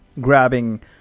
grabbing